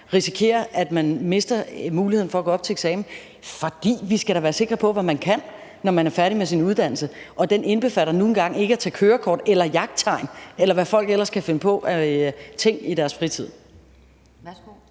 risikerer at miste muligheden for at gå op til eksamen. Vi skal da være sikre på, hvad man kan, når man er færdig med sin uddannelse, og det indbefatter nu engang ikke at tage kørekort eller jagttegn, eller hvad folk ellers kan finde på i deres fritid.